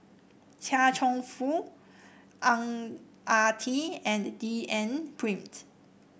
Chia Cheong Fook Ang Ah Tee and D N Pritt